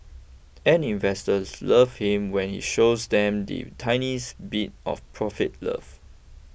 and investors love him when he shows them the tiniest bit of profit love